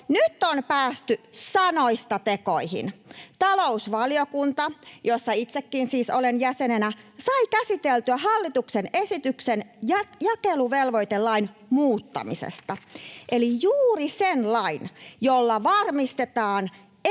Nyt on päästy sanoista tekoihin. Talousvaliokunta, jossa itsekin siis olen jäsenenä, sai käsiteltyä hallituksen esityksen jakeluvelvoitelain muuttamisesta, eli juuri sen lain, jolla varmistetaan,